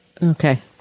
Okay